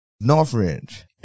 Northridge